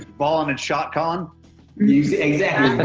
ballin' and shot callin'. you exactly.